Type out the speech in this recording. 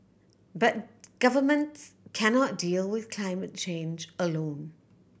but governments can not deal with climate change alone